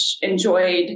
enjoyed